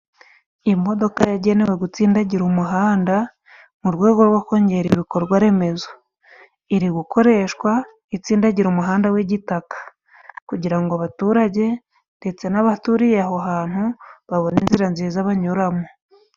Imodoka yagenewe gutsindagira umuhanda mu rwego rwo kongera ibikorwa remezo, iri gukoreshwa itsindagira umuhanda w'igitaka, kugira ngo abaturage ndetse n'abaturiye aho hantu babone inzira nziza banyuramo.